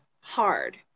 hard